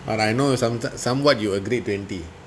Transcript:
but I know sometimes somewhat you agreed twenty